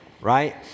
right